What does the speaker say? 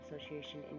association